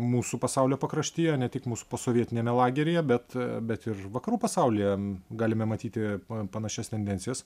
mūsų pasaulio pakraštyje ne tik mūsų posovietiniame lageryje bet bet ir vakarų pasaulyje galime matyti panašias tendencijas